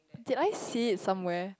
did I see it somewhere